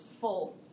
full